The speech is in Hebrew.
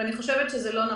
ואני חושבת שזה לא נכון.